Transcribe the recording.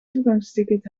toegangsticket